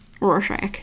Rorschach